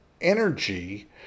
energy